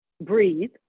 breathe